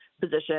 position